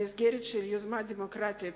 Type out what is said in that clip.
במסגרת היוזמה הדמוקרטית